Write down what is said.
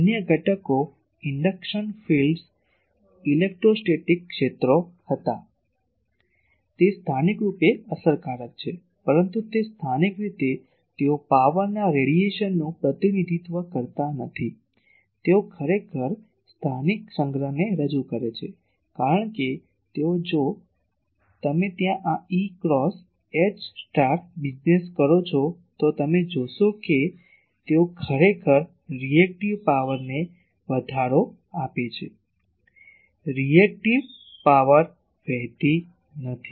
અન્ય ઘટકો induction fields electrostatic ક્ષેત્રો હતા તે સ્થાનિક રૂપે અસરકારક છે પરંતુ તે સ્થાનિક રીતે તેઓ પાવરના રેડિયેશનનું પ્રતિનિધિત્વ કરતા નથી તેઓ ખરેખર સ્થાનિક સંગ્રહને રજૂ કરે છે કારણ કે તેઓ જો તમે ત્યાં આ ક્રોસ H બિઝનેસ કરો છો તો તમે જોશો કે તેઓ ખરેખર રી એક્ટીવ પાવરને વધારો આપે છે રી એક્ટીવ પાવર વહેતી નથી